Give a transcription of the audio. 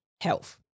health